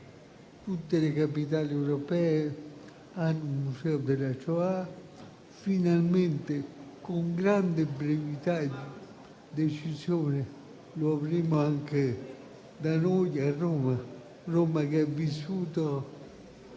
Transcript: tutte le capitali europee hanno un museo della Shoah. Finalmente, con grande celerità e decisione, lo avremo anche da noi, a Roma, la città che ha vissuto